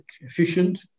efficient